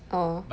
ah